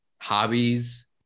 hobbies